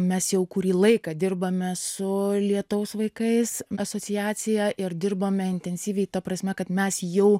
mes jau kurį laiką dirbame su lietaus vaikais asociacija ir dirbame intensyviai ta prasme kad mes jau